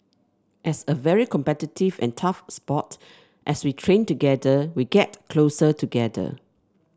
as a very competitive and tough sport as we train together we get closer together